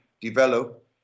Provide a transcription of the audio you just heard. develop